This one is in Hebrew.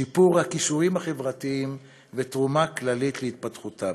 שיפור הכישורים החברתיים ותרומה כללית להתפתחותם.